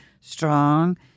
strong